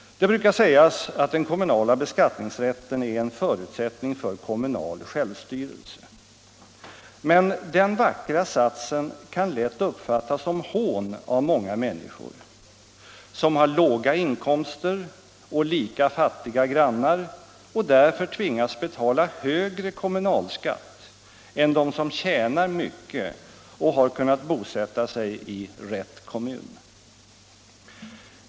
Det brukar sägas att den kommunala beskattningsrätten är en förutsättning för kommunal självstyrelse. Men den vackra satsen kan lätt uppfattas som hån av många människor, som har låga inkomster och lika fattiga grannar och därför tvingas betala högre kommunalskatt än de som tjänar mycket och har kunnat bosätta sig i rätt kommun.